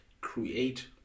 create